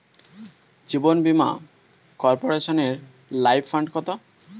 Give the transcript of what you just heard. জীবন বীমা কর্পোরেশনের life fund কত?